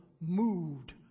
moved